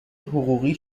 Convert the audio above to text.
حقوقی